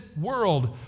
world